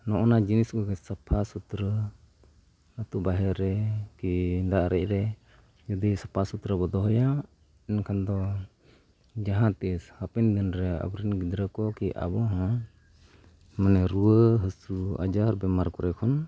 ᱱᱚᱜᱼᱚᱸᱭ ᱱᱟ ᱡᱤᱱᱤᱥ ᱠᱚᱜᱮ ᱥᱟᱯᱷᱟ ᱥᱩᱛᱨᱚ ᱟᱛᱳ ᱵᱟᱦᱮᱨ ᱨᱮᱠᱤ ᱫᱟᱨᱮ ᱨᱮ ᱡᱩᱫᱤ ᱥᱟᱯᱷᱟ ᱥᱩᱛᱨᱚ ᱵᱚᱱ ᱫᱚᱦᱚᱭᱟ ᱮᱱᱠᱷᱟᱱ ᱫᱚ ᱡᱟᱦᱟᱸ ᱛᱤᱥ ᱦᱟᱯᱮᱱ ᱫᱤᱱ ᱨᱮ ᱟᱵᱚ ᱨᱮᱱ ᱜᱤᱫᱽᱨᱟᱹ ᱠᱚ ᱠᱤ ᱟᱵᱚ ᱦᱚᱸ ᱢᱟᱱᱮ ᱨᱩᱣᱟᱹ ᱦᱟᱹᱥᱩ ᱟᱡᱟᱨ ᱵᱤᱢᱟᱨ ᱠᱚᱨᱮ ᱠᱷᱚᱱ